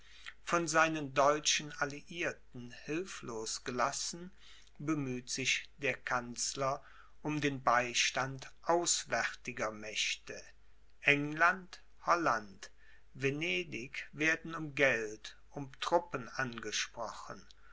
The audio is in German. von seinen deutschen alliierten hilflos gelassen bemüht sich der kanzler um den beistand auswärtiger mächte england holland venedig werden um geld um truppen angesprochen